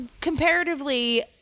comparatively